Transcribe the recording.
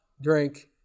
drink